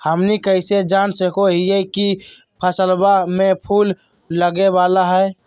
हमनी कइसे जान सको हीयइ की फसलबा में फूल लगे वाला हइ?